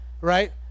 right